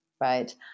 right